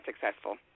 successful